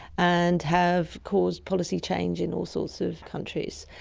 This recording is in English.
and have caused policy change in all sorts of countries.